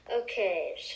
Okay